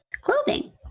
clothing